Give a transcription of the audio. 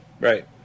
Right